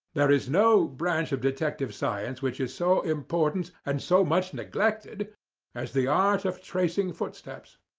there is no branch of detective science which is so important and so much neglected as the art of tracing footsteps.